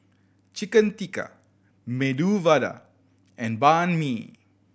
Chicken Tikka Medu Vada and Banh Mi